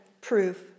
proof